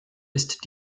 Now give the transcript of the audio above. ist